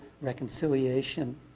reconciliation